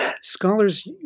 scholars